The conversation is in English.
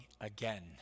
again